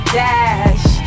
dash